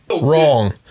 Wrong